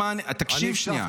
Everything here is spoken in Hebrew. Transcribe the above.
תקשיב שנייה.